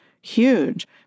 huge